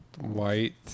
White